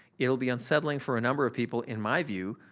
it'll be unsettling for a number of people, in my view,